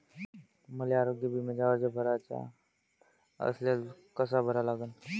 मले आरोग्य बिम्याचा अर्ज भराचा असल्यास कसा भरा लागन?